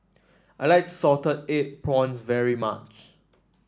I like Salted Egg Prawns very much